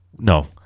No